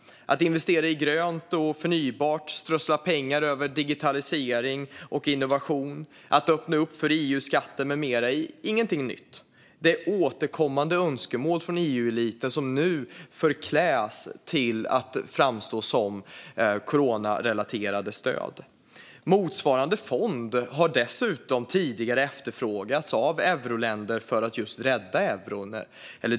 Att investera i grönt och förnybart, strössla pengar över digitalisering och innovation och öppna upp för EU-skatter med mera är ingenting nytt. Det är återkommande önskemål från EU-eliten som nu förkläs till att framstå som coronarelaterade stöd. Motsvarande, eller dylik, fond har dessutom tidigare efterfrågats av euroländer för att just rädda euron.